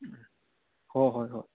ꯎꯝ ꯍꯣꯏ ꯍꯣꯏ ꯍꯣꯏ